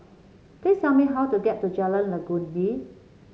please tell me how to get to Jalan Legundi